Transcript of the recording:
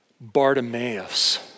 Bartimaeus